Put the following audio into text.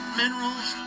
minerals